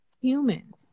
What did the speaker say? human